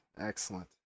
Excellent